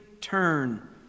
turn